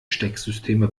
stecksysteme